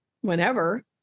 whenever